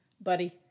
Buddy